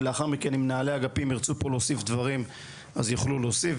ולאחר מכן אם מנהלי אגפים ירצו פה להוסיף דברים אז יוכלו להוסיף,